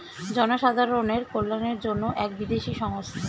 জনসাধারণের কল্যাণের জন্য এক বিদেশি সংস্থা